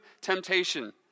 temptation